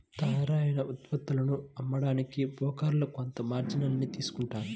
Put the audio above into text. తయ్యారైన ఉత్పత్తులను అమ్మడానికి బోకర్లు కొంత మార్జిన్ ని తీసుకుంటారు